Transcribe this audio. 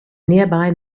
nearby